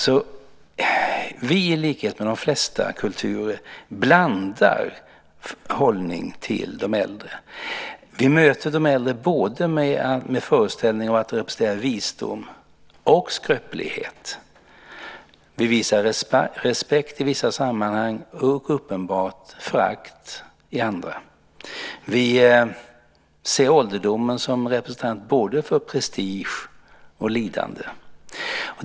Vi i likhet med de flesta kulturer har en blandad hållning till de äldre. Vi möter de äldre med föreställningen att de representerar både visdom och skröplighet. Vi visar respekt i vissa sammanhang och uppenbart förakt i andra. Vi ser ålderdomen som representant för både prestige och lidande.